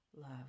love